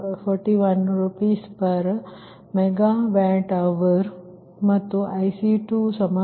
35 Pg141 RsMWhr ಮತ್ತು IC20